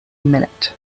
minute